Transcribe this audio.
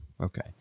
Okay